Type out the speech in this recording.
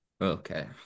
Okay